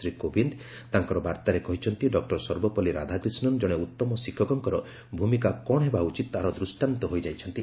ଶ୍ରୀ କୋବିନ୍ଦ ତାଙ୍କର ବାର୍ତ୍ତାରେ କହିଛନ୍ତି ଡକୁର ସର୍ବପଲ୍ଲୀ ରାଧାକ୍ରିଷ୍ଣନ ଜଣେ ଉତ୍ତମ ଶିକ୍ଷକଙ୍କର ଭୂମିକା କ'ଣ ହେବା ଉଚିତ ତାହାର ଦୃଷ୍ଟାନ୍ତ ଦେଇଯାଇଛନ୍ତି